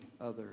others